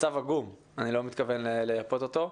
המצב עגום ואני לא מתכוון לייפות אותו.